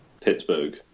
Pittsburgh